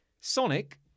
Sonic